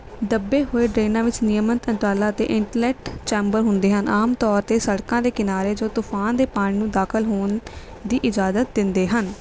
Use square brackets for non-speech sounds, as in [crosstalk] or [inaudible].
ਦੱਬੇ ਹੋਏ ਡਰੇਨਾਂ ਵਿੱਚ ਨਿਯਮਿਤ [unintelligible] ਅਤੇ ਇਨਲੈੱਟ ਚੈਂਬਰ ਹੁੰਦੇ ਹਨ ਆਮ ਤੌਰ 'ਤੇ ਸੜਕਾਂ ਦੇ ਕਿਨਾਰੇ ਜੋ ਤੂਫਾਨ ਦੇ ਪਾਣੀ ਨੂੰ ਦਾਖਲ ਹੋਣ ਦੀ ਇਜਾਜ਼ਤ ਦਿੰਦੇ ਹਨ